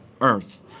earth